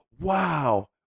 Wow